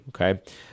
Okay